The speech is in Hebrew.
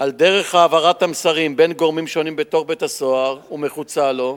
על דרך העברת מסרים בין גורמים שונים בתוך בית-הסוהר ומחוצה לו.